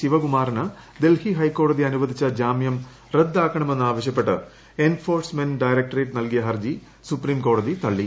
ശിവകുമാറിന് ഡൽഹി ഹൈക്കോടതി അനുവദിച്ച ജാമ്യം റദ്ദാക്കണമെന്ന് ആവശ്യപ്പെട്ട് എൻഫോഴ്സ്മെന്റ് ഡയറക്ടറേറ്റ് നൽകിയ ഹർജി സുപ്രീം കോടതി തള്ളി